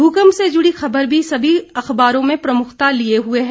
भूकंप से जुड़ी खबर भी सभी अखबारों में प्रमुखता लिए हुए है